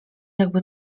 jakby